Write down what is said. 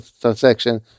transaction